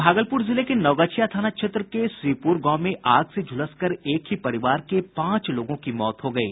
भागलपूर जिले के नवगछिया थाना क्षेत्र के श्रीपूर गांव में आग से झुलसकर एक ही परिवार के पांच लोगों की मौत हो गयी